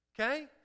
okay